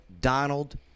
Donald